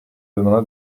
demanda